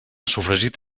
sofregit